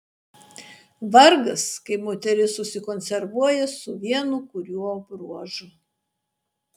vargas kai moteris užsikonservuoja su vienu kuriuo bruožu